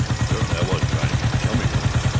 certainly i wasn't trying to get chummy with her!